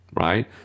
Right